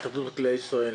אני מהתאחדות חקלאי ישראל.